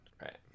Right